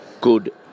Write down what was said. good